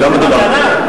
במתנה?